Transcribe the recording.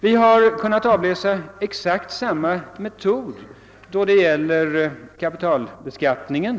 Vi har kunnat avläsa exakt samma metod då det gäller kapitalbeskattningen.